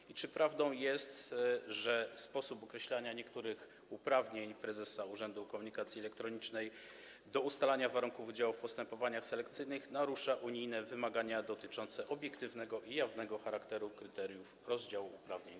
I czy prawdą jest, że sposób określania niektórych uprawnień prezesa Urzędu Komunikacji Elektronicznej do ustalania warunków udziału w postępowaniach selekcyjnych narusza unijne wymagania dotyczące obiektywnego i jawnego charakteru kryteriów rozdziału uprawnień?